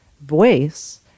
voice